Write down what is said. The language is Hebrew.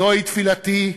זוהי תפילתי,